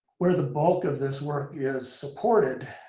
where the bulk of this work is supported,